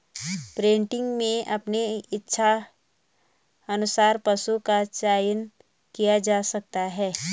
breeding में अपने इच्छा अनुसार पशु का चयन किया जा सकता है